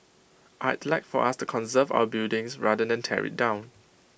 I'd like for us to conserve our buildings rather than tear IT down